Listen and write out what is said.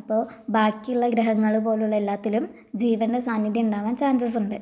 അപ്പോൾ ബാക്കിയുള്ള ഗ്രഹങ്ങൾ പോലുള്ള എല്ലാത്തിലും ജീവൻ്റെ സാന്നിധ്യം ഉണ്ടാവാൻ ചാൻസസ് ഉണ്ട്